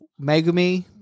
Megumi